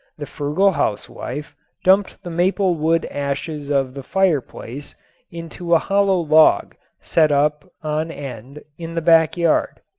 the frugal housewife dumped the maple wood ashes of the fireplace into a hollow log set up on end in the backyard.